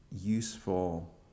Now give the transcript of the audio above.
useful